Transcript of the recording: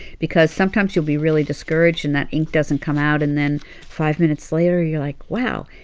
because sometimes you'll be really discouraged and that ink doesn't come out. and then five minutes later, you're like, wow,